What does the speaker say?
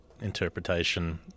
interpretation